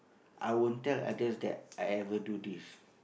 I won't tell others that I ever do this